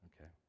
Okay